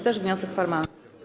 Też wniosek formalny.